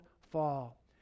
fall